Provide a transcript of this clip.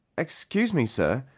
excuse me, sir,